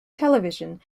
television